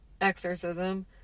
exorcism